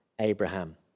Abraham